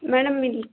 madam ಇಲ್ಲಿ